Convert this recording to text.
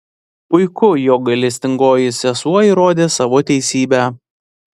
puiku jog gailestingoji sesuo įrodė savo teisybę